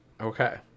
Okay